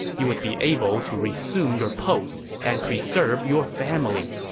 you would be able to resume your post and preserve your family.